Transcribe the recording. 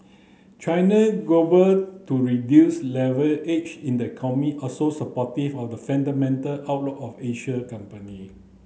China to reduce leverage in the also supportive of the fundamental outlook of Asian company